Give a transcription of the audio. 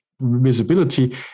visibility